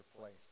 place